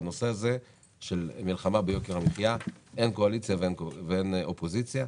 בנושא הזה של יוקר המחייה אין קואליציה ואין אופוזיציה,